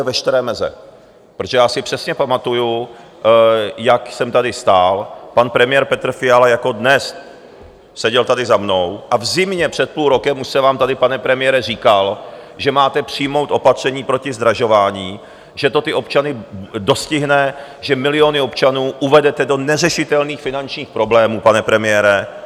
Protože já si přesně pamatuji, jak jsem tady stál, pan premiér Petr Fiala jako dnes seděl tady za mnou, a v zimě před půl rokem už jsem vám tady, pane premiére, říkal, že máte přijmout opatření proti zdražování, že to ty občany dostihne, že miliony občanů uvedete do neřešitelných finančních problémů, pane premiére.